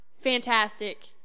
fantastic